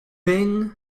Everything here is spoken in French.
peint